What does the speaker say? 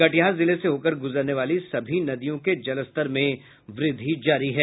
कटिहार जिले से होकर गुजरने वाली सभी नदियों के जलस्तर में वृद्धि जारी है